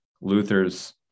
Luther's